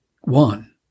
One